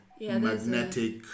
magnetic